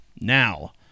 Now